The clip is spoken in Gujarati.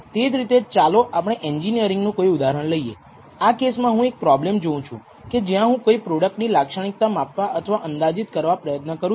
તે જ રીતે ચાલો આપણે એન્જિનિયરિંગનું કોઈ ઉદાહરણ લઈએ આ કેસમાં હું એક પ્રોબ્લેમ જોઉં છું કે જ્યાં હું કોઈ પ્રોડક્ટ ની લાક્ષણિકતા માપવા અથવા અંદાજિત કરવા પ્રયત્ન કરું છું